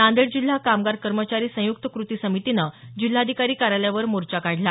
नांदेड जिल्हा कामगार कर्मचारी संयुक्त कृती समितीनं जिल्हाधिकारी कार्यालयावर मोर्चा काढला